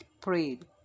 prayed